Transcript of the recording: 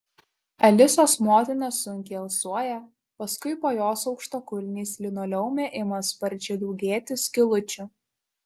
alisos motina sunkiai alsuoja paskui po jos aukštakulniais linoleume ima sparčiai daugėti skylučių